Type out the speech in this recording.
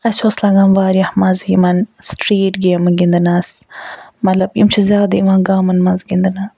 اَسہِ اوس لَگان واریاہ مَزٕ یِمن سٹرٛیٖٹ گیمہٕ گِندنَس مَطلَب یِم چھِ زیاد یِوان گیمَن مَنٛز گِندنہٕ